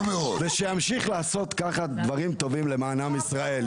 ושימשיך לעשות ככה דברים טובים למען עם ישראל,